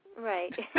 Right